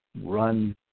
run